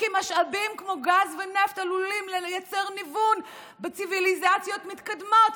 כי משאבים כמו גז ונפט עלולים לייצר ניוון בציוויליזציות מתקדמות.